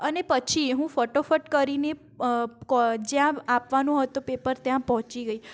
અને પછી હું ફટોફટ કરીને જ્યાં આપવાનું હતું પેપર ત્યાં પહોંચી ગઈ